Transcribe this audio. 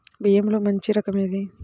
బియ్యంలో మంచి రకం ఏది?